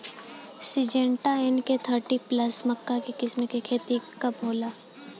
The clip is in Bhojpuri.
सिंजेंटा एन.के थर्टी प्लस मक्का के किस्म के खेती कब होला?